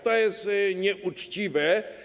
To jest nieuczciwe.